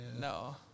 No